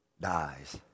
dies